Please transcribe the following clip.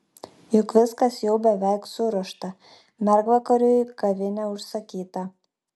juk viskas jau beveik suruošta mergvakariui kavinė užsakyta